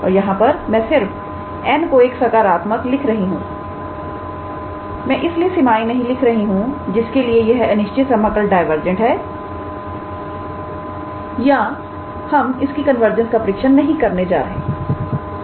और यहां पर मैं सिर्फ n को एक सकारात्मक लिख रही हूं मैं इसकी सीमाएं नहीं लिख रही हूं जिसके लिए यह अनिश्चित समाकल कन्वर्जेंट है या हम इसकी कन्वर्जेंस का परीक्षण नहीं करने जा रहे हैं